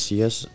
yes